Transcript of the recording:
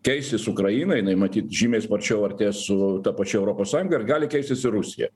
keisis ukraina jinai matyt žymiai sparčiau artės su ta pačia europos sąjunga ir gali keistis ir rusija